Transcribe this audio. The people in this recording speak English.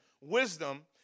wisdom